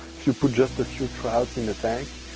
if you put just a few trouts in the tank,